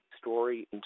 story